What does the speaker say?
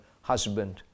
husband